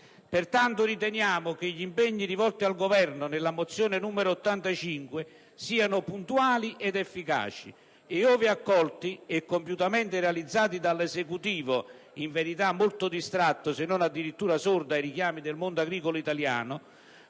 Pertanto, riteniamo che gli impegni richiesti al Governo nella mozione n. 85 (testo 2) siano puntuali ed efficaci e, ove accolti e compiutamente realizzati dall'Esecutivo - in verità molto distratto, se non addirittura sordo, ai richiami del mondo agricolo italiano